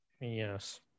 Yes